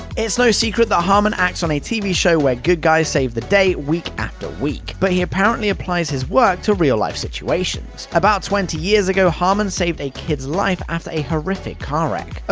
it's no secret that harmon acts on a tv show where good guys save the day week after week, but he apparently applies his work to real-life situations. about twenty years ago, harmon saved a kid's life after a horrific car wreck. ah